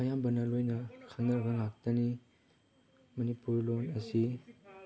ꯑꯌꯥꯝꯕꯅ ꯂꯣꯏꯅ ꯈꯪꯅꯔꯕ ꯉꯥꯛꯇꯅꯤ ꯃꯅꯤꯄꯨꯔ ꯂꯣꯟ ꯑꯁꯤ